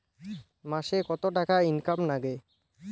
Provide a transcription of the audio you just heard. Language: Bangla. মাসে কত টাকা ইনকাম নাগে?